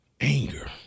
anger